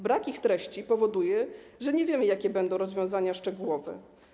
Brak ich treści powoduje, że nie wiemy, jakie będą rozwiązania szczegółowe.